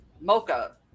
mocha